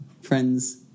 friends